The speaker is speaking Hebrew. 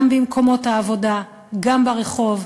גם במקומות העבודה, גם ברחוב,